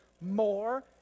more